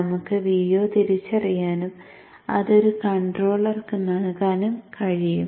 നമുക്ക് Vo തിരിച്ചറിയാനും അത് ഒരു കൺട്രോളർക്ക് നൽകാനും കഴിയും